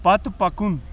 پتہٕ پکُن